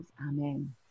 amen